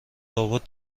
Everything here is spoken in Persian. لابد